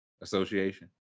association